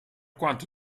quanto